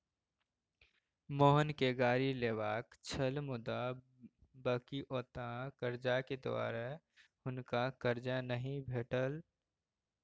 मोहनकेँ गाड़ी लेबाक छल मुदा बकिऔता करजाक दुआरे हुनका करजा नहि भेटल